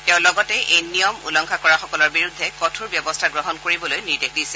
তেওঁ লগতে এই নিয়ম উলংঘা কৰাসকলৰ বিৰুদ্ধে কঠোৰ ব্যৱস্থা গ্ৰহণ কৰিবলৈ নিৰ্দেশ দিছে